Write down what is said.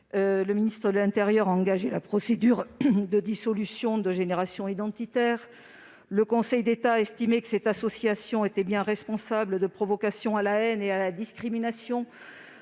le ministre a engagé la procédure de dissolution de Génération identitaire. Le Conseil d'État a estimé que cette association était bien responsable de provocation à la haine et à la discrimination.